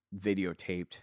videotaped